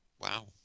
Wow